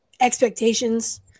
expectations